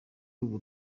ubu